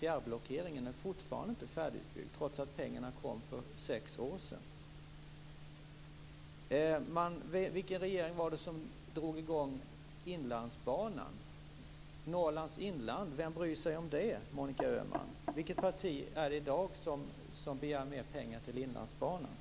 Fjärrblockeringen är fortfarande inte färdigutbyggd, trots att pengarna kom för sex år sedan. Vilken regering drog i gång Inlandsbanan? Vem bryr sig om Norrlands inland, Monica Öhman? Vilket parti är det som i dag begär mer pengar till Inlandsbanan?